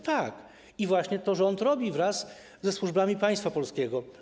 Tak i właśnie to rząd robi wraz ze służbami państwa polskiego.